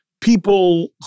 people